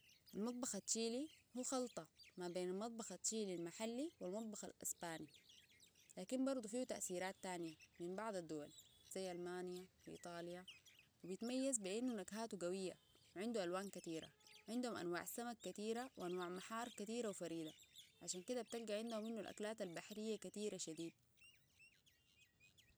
المطبخ التشيلي هو خلطة ما بين المطبخ التشيلي المحلي والمطبخ الأسباني لكن برضو فيه تأثيرات تانية من بعض الدول زي ألمانيا وإيطاليا وبيتميز بأنه نكهاته قوية وعنده ألوان كتيرة عندهم أنواع سمك كتيرة وأنواع محار كتيرة وفريدة عشان كده بتلقى عندهم انو الأكلات البحرية كتيرة شديد